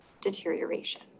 deterioration